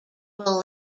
will